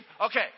Okay